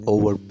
Over